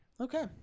Okay